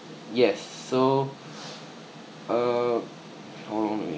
yes so uh hold on a minute